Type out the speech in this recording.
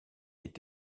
est